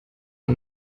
der